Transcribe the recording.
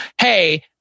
hey